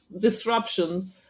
disruption